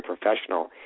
professional